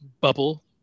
bubble